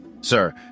Sir